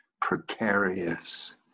precarious